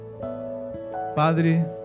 Padre